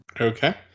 Okay